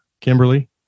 Kimberly